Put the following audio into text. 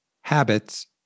habits-